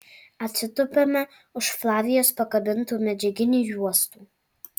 atsitupiame už flavijos pakabintų medžiaginių juostų